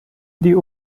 die